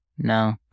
no